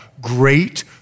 great